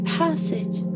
passage